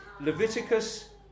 Leviticus